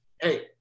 Hey